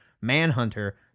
Manhunter